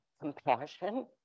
compassion